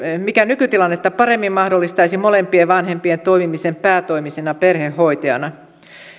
mikä nykytilannetta paremmin mahdollistaisi molempien vanhempien toimimisen päätoimisena perhehoitajana